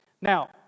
Now